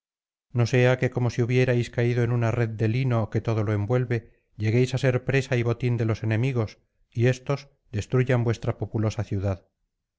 no sea que como si hubierais caído en una red de lino que todo lo envuelve lleguéis á ser presa y botín de los enemigos y éstos destruyan vuestra populosa ciudad